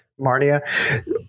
Marnia